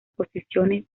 posiciones